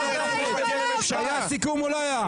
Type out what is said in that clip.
היה סיכום או לא היה?